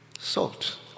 salt